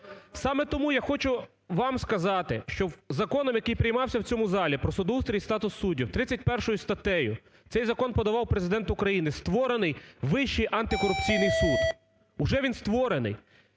Саме тому, я хочу вам сказати, що Законом, який приймався в цьому залі про судоустрій і статус суддів, 31-ю статтею, цей закон подавав Президент України, створений Вищий антикорупційний суд, уже він створений.